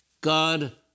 God